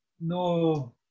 no